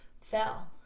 fell